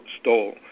stole